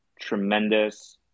tremendous